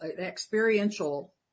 experiential